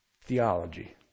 theology